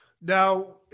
now